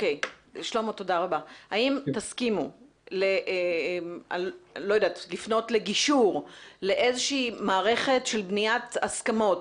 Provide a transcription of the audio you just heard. האם תסכימו לפנות לגישור לאיזושהי מערכת של בניית הסכמות?